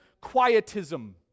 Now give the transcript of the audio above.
quietism